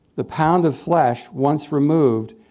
the pound of flesh, once removed,